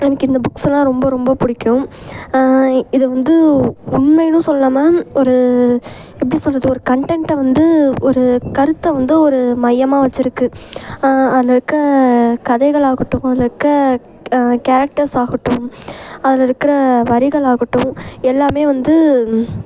எனக்கு இந்த புக்ஸெலாம் ரொம்ப ரொம்ப பிடிக்கும் இது வந்து உண்மைன்னும் சொல்லாமல் ஒரு எப்படி சொல்வது ஒரு கண்டன்ட்டை வந்து ஒரு கருத்தை வந்து ஒரு மையமாக வச்சுருக்கு அதில் இருக்கற கதைகளாகட்டும் அதில் இருக்கற கேரக்டர்ஸ் ஆகட்டும் அதில் இருக்கிற வரிகளாகட்டும் எல்லாமே வந்து